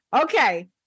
okay